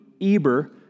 Eber